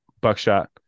Buckshot